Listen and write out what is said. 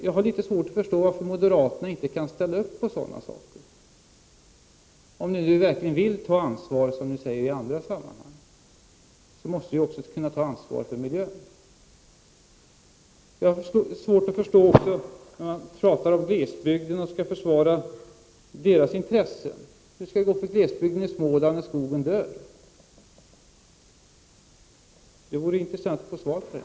Jag har litet svårt att förstå varför moderaterna inte kan ställa sig bakom sådana saker. Om de nu verkligen vill ta ansvar, som de säger i andra sammanhang, måste de också kunna ta ansvar för miljön. Jag har svårt att förstå hur det skall gå för glesbygden i Småland när skogen dör. Det vore intressant att få svar på det.